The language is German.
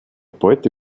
beute